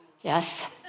yes